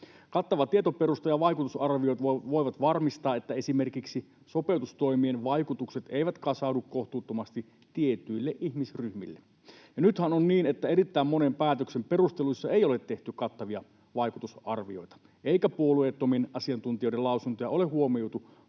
Kattava tietoperusta ja vaikutusarviot voivat varmistaa, että esimerkiksi sopeutustoimien vaikutukset eivät kasaudu kohtuuttomasti tietyille ihmisryhmille. Nythän on niin, että erittäin monen päätöksen perusteluissa ei ole tehty kattavia vaikutusarvioita, eikä puolueettomien asiantuntijoiden lausuntoja ole huomioitu